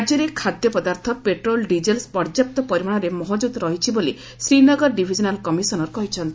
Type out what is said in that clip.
ରାଜ୍ୟରେ ଖାଦ୍ୟ ପଦାର୍ଥ ପେଟ୍ରୋଲ୍ ଡିଜେଲ୍ ପର୍ଯ୍ୟାପ୍ତ ପରିମାଣରେ ମହକୁଦ୍ ରହିଛି ବୋଲି ଶ୍ରୀନଗର ଡିଭିଜନାଲ୍ କମିଶନର୍ କହିଚ୍ଚନ୍ତି